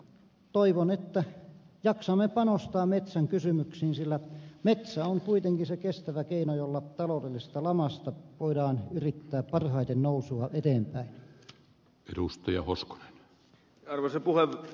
toivon että jaksamme panostaa metsäkysymyksiin sillä metsä on kuitenkin se kestävä keino jolla taloudellisesta lamasta voidaan yrittää parhaiten nousua eteenpäin